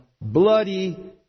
bloody